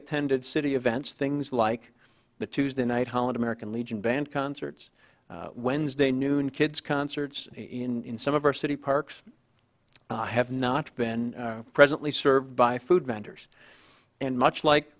attended city events things like the tuesday night holland american legion band concerts wednesday noon kids concerts in some of our city parks have not been presently served by food vendors and much like